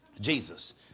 Jesus